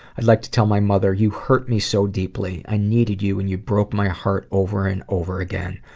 i'd like to tell my mother, you hurt me so deeply. i needed you and you broke my heart over and over again.